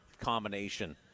combination